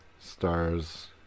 Stars